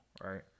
right